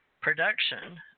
production